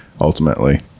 Ultimately